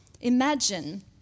Imagine